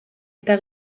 eta